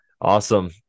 Awesome